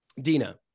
Dina